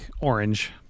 orange